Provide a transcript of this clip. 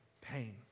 pain